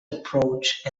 approach